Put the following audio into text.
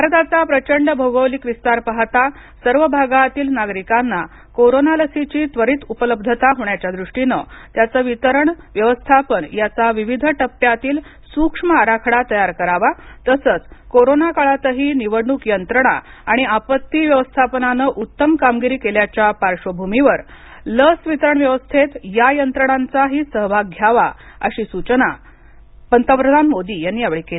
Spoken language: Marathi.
भारताचा प्रचंड भौगोलिक विस्तार पाहता सर्व भागातील नागरिकांना कोरोना लसीची त्वरित उपलब्धता होण्याच्या दृष्टीने त्याचं वितरण व्यवस्थापन याचा विविध टप्प्यातील सूक्ष्म आराखडा तयार करावा तसच कोरोना काळातही निवडणूक यंत्रणा आणि आपत्ती व्यवस्थापनाने उत्तम कामगिरी केल्याच्या पार्श्वभूमीवर लस वितरण व्यवस्थेत या यंत्रणांचा ही सहभाग घ्यावा अशी सूचना पंतप्रधान मोदी यांनी यावेळी केली